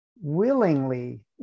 willingly